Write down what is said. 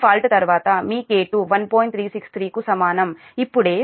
363 కు సమానం ఇప్పుడే మనకు గ్రాఫ్ C 1